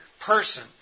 person